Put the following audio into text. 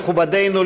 מכובדינו,